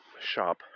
shop